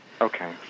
Okay